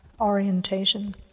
orientation